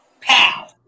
Pow